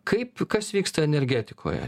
kaip kas vyksta energetikoje